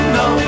no